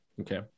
Okay